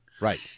Right